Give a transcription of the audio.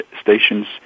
stations